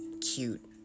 cute